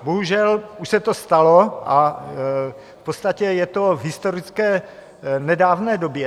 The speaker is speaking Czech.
Bohužel už se to stalo a v podstatě je to v historické nedávné době.